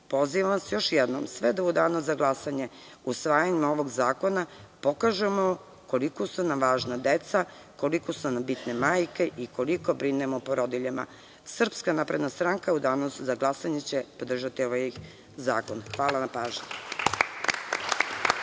vas još jednom sve da, u danu za glasanje, usvajanjem ovog zakona pokažemo koliko su nam važna deca, koliko su nam bitne majke i koliko brinemo o porodiljama. Srpska napredna stranka u danu za glasanje će podržati ovaj zakon. Hvala vam na pažnji.